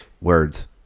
Words